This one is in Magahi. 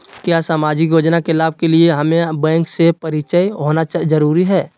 क्या सामाजिक योजना के लाभ के लिए हमें बैंक से परिचय होना जरूरी है?